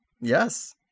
Yes